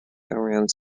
around